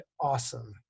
awesome